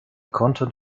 content